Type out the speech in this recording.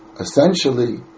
essentially